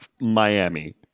Miami